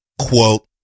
Quote